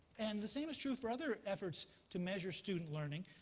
and the same is true for other efforts to measure student learning.